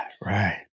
Right